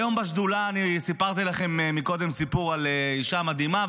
היום בשדולה סיפרתי לכם קודם סיפור על אישה מדהימה,